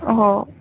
हो